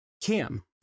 Cam